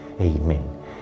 amen